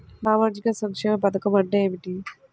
సామాజిక సంక్షేమ పథకం అంటే ఏమిటి?